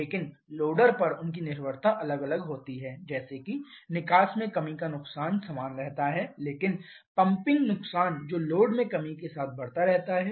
लेकिन लोडर पर उनकी निर्भरता अलग अलग होती है जैसे कि निकास में कमी का नुकसान समान रहता है लेकिन पंपिंग नुकसान जो लोड में कमी के साथ बढ़ता रहता है